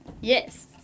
Yes